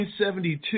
1972